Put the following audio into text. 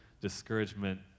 discouragement